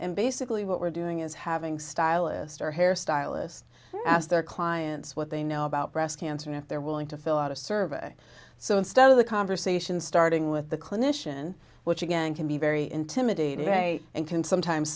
and basically what we're doing is having stylist our hair stylist ask their clients what they know about breast cancer if they're willing to fill out a survey so instead of the conversation starting with the clinician which again can be very intimidating they can sometimes